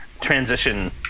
transition